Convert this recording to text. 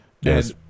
Yes